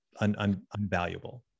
unvaluable